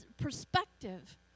perspective